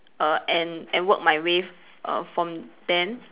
err and and work my uh from then